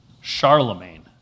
Charlemagne